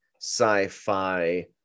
sci-fi